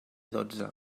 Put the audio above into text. dotze